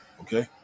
okay